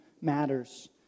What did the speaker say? matters